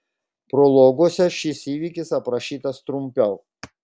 prologuose šis įvykis aprašytas trumpiau